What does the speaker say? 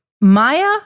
Maya